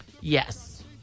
Yes